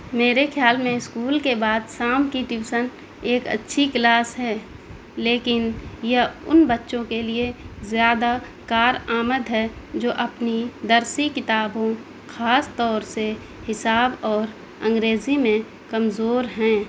میرے خیال میں اسکول کے بعد شام کی ٹیوسن ایک اچھی کلاس ہے لیکن یہ ان بچوں کے لیے زیادہ کارآمد ہے جو اپنی درسی کتابوں خاص طور سے حساب اور انگریزی میں کمزور ہیں